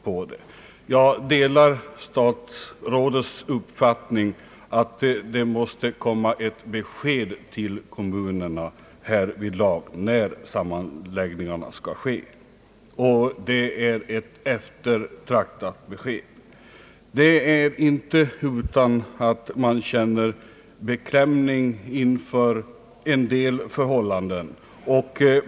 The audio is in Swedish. Jag delar statsrådets uppfattning att det måste komma ett besked till kommunerna när sammanläggningarna skall ske — och det är ett eftertraktat besked. Det är inte utan att man känner beklämning inför en del förhållanden.